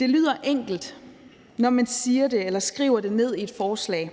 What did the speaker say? Det lyder enkelt, når man siger det eller skriver det ned i et forslag,